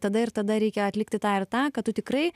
tada ir tada reikia atlikti tą ir tą kad tu tikrai